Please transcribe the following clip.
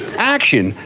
action,